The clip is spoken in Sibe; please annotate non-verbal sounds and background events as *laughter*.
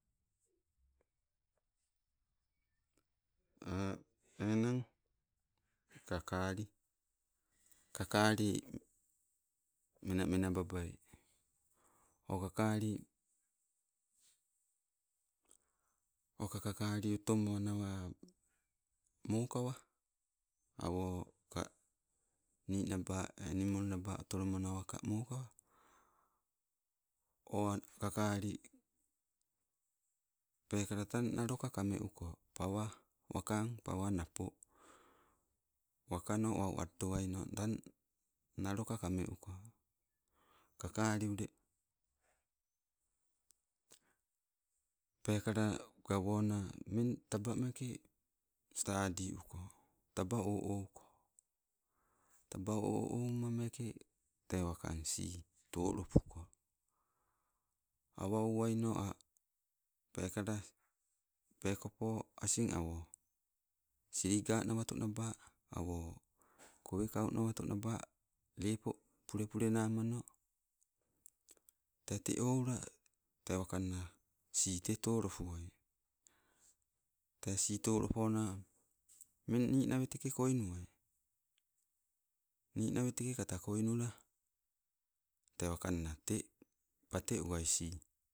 *hesitation* enang, kakali- kakali menamenababai, o kakali, oka kakali otomonawa mokawo, awo ka ninaba enimolna otolomanawa ka mokawa o ana kakali, peekala tang naloka kame uko. Pawa wakang, pawa napo wakano wau ali towaino tang naloka kame uko. Kakali ule, peekala gawona mmeng taba meeke stadi uko, taba o ouko, taba o ouma meeke, te wakang sii tolopuko, awa ouwaino a' peekala, peekopo asing awo siliga nawato naba, awo kowekau nawato naba, lepo pulepule namano, te, tee oula te wakanna sii te tolopuai. Tee sii tolopona mmeng ninaweteke koinuwai, ninaweteke kata koinula, tee wakanna te pate uwoi sii.